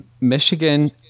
Michigan